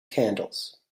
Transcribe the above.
candles